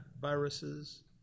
viruses